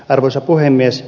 arvoisa puhemies